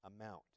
amount